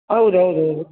ಹೌದು ಹೌದು ಹೌದು